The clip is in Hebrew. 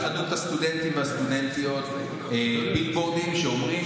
לפני תקציב 2023 העלו התאחדות הסטודנטים והסטודנטיות בילבורדים שאומרים